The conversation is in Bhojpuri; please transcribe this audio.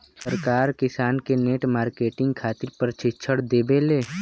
सरकार किसान के नेट मार्केटिंग खातिर प्रक्षिक्षण देबेले?